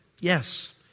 Yes